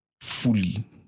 fully